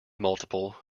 multiple